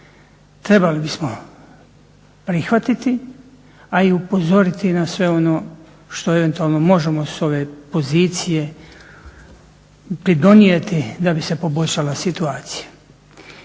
Trebali bismo prihvatiti, a i upozoriti na sve ono što eventualno možemo s ove pozicije pridonijeti da bi se poboljšala situacija.